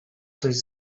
coś